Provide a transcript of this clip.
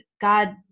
God